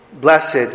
Blessed